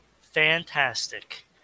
Fantastic